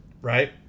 right